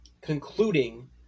concluding